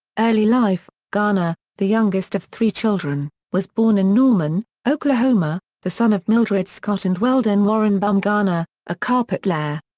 early life garner, the youngest of three children, was born in norman, oklahoma, the son of mildred scott and weldon warren bumgarner, a carpet layer.